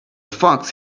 fox